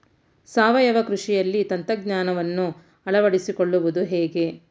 ಸಾವಯವ ಕೃಷಿಯಲ್ಲಿ ತಂತ್ರಜ್ಞಾನವನ್ನು ಅಳವಡಿಸಿಕೊಳ್ಳುವುದು ಹೇಗೆ?